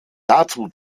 dazu